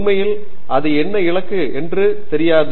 உண்மையில் அது என்ன இலக்கு என்று தெரியாது